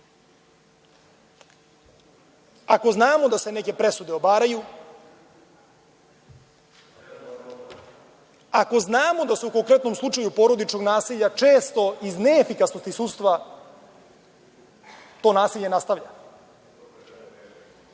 ako znamo da se neke presude obaraju, ako znamo da se u konkretnom slučaju porodičnog nasilja često iz neefikasnosti sudstva, to nasilje nastavlja,